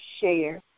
share